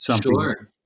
Sure